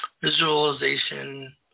visualization